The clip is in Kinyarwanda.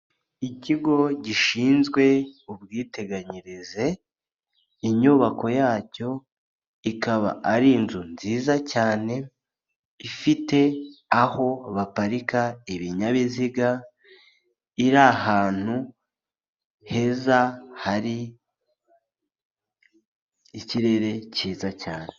Ikigo gishinzwe ubwiteganyirize, inyubako yacyo ikaba ari inzu nziza cyane, ifite aho baparika ibinyabiziga, iri ahantu heza hari ikirere kiza cyane.